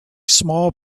small